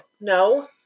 No